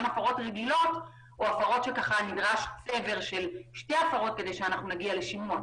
הפרות רגילות או הפרות שנדרש סבר של שתי הפרות כדי שנגיע לשימוע.